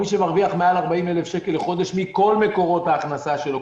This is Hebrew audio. מי שמרוויח מעל 40,000 שקל לחודש מכל מקורות ההכנסה שלו,